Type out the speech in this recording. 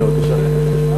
בהצלחה.